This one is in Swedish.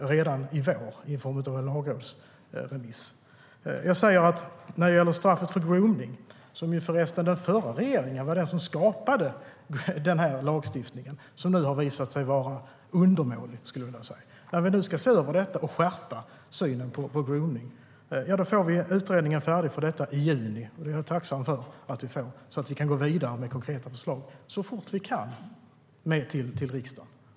När det gäller straffet för gromning, när vi nu ska se över det och skärpa synen på gromning, får vi utredningen om detta i juni. Det var den förra regeringen som skapade den lagstiftningen, men den har visat sig vara undermålig, skulle jag vilja säga. Jag är tacksam över att vi får utredningen så att vi så fort som möjligt kan gå vidare med konkreta förslag till riksdagen.